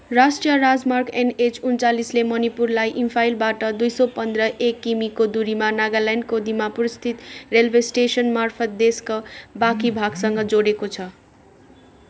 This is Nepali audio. राष्ट्रिय राजमार्ग एनएच उन्चालिसले मणिपुरलाई इम्फालबाट दुई सौ पन्ध्र एक किमीको दुरीमा नागाल्यान्डको दिमापुरस्थित रेलवे स्टेसन मार्फत् देशका बाँकी भागसँग जोडेको छ